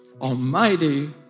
Almighty